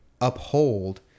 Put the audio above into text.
uphold